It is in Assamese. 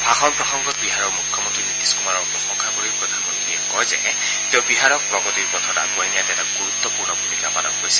ভাষণ প্ৰসংগত বিহাৰৰ মুখ্যমন্তী নিতীশ কুমাৰৰ প্ৰশংসা কৰি প্ৰধানমন্ৰীয়ে কয় যে তেওঁ বিহাৰক প্ৰগতিৰ পথত আগুৱাই নিয়াত এটা গুৰুত্বপূৰ্ণ ভূমিকা পালন কৰিছে